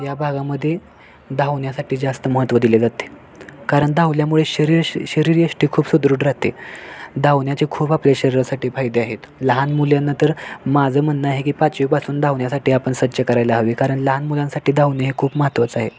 या भागामध्ये धावण्यासाठी जास्त महत्त्व दिले जाते कारण धावल्यामुळे शरीर श शरीरयष्टी खूप सुदृढ राहते धावण्याचे खूप आपल्या शरीरासाठी फायदे आहेत लहान मुलांना तर माझं म्हणणं आहे की पाचवीपासून धावण्यासाठी आपण सज्ज करायला हवी कारण लहान मुलांसाठी धावणे हे खूप महत्त्वाचं आहे